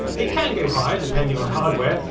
it can go higher depending on hardware,